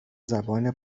زبان